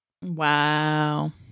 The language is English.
Wow